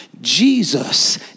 Jesus